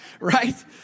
Right